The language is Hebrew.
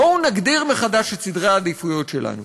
בואו נגדיר מחדש את סדר העדיפויות שלנו,